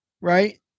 right